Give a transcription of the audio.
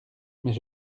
mais